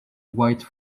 white